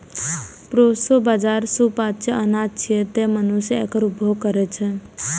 proso बाजारा सुपाच्य अनाज छियै, तें मनुष्य एकर उपभोग करै छै